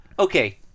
Okay